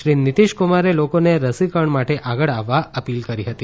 શ્રી નીતીશ કુમારે લોકોને રસીકરણ માટે આગળ આવવા અપીલ કરી હતી